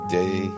day